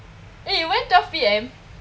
eh you went twelve P_M